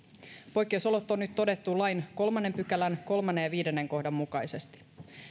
poikkeusolot on nyt todettu lain kolmannen pykälän kolme ja viisi kohdan mukaisesti nämä